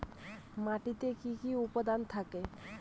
মাটিতে কি কি উপাদান থাকে?